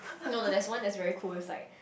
no no that's one that is very cool is like